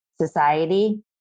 society